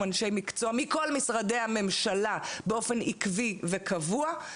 אנשי מקצוע מכל משרדי הממשלה באופן עקבי וקבוע,